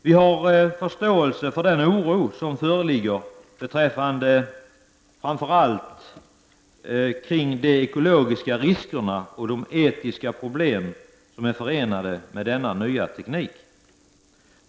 Vi har förståelse för den oro som föreligger beträffande framför allt de ekologiska riskerna och de etiska problem som är förenade med denna nya teknik.